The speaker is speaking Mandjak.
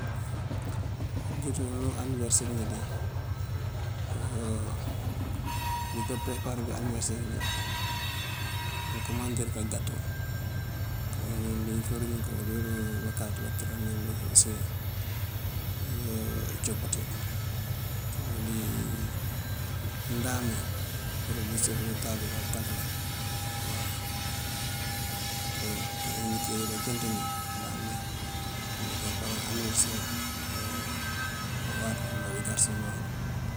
Njí ţí unú aniberëser njí de, biká përeparir aniberëser njí. Mankumandir kagato kaweli farin kawël bakáaţ batërarin yël use copati kaweli mëndáan mí kacëf untabël ná bëtakala waw. Apare kewitir bancinţ njí bëmbandí und kankur aniberëser yoo uwar und bí garësa.